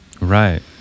Right